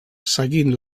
seguint